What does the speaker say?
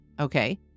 okay